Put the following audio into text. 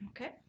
Okay